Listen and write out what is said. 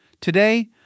Today